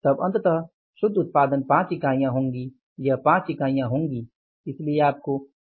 तब अंततः शुद्ध उत्पादन 5 इकाइयाँ होंगी यह 5 इकाइयाँ होंगी इसलिए आपको हानि के लिए भी समायोजन करना होगा